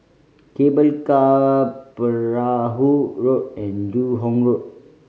Cable Car Perahu Road and Joo Hong Road